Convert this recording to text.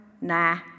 Nah